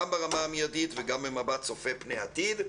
גם ברמה המיידית וגם במבט צופה פני עתיד.